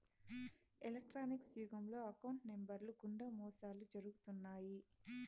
electronics యుగంలో account నెంబర్లు గుండా మోసాలు జరుగుతున్నాయి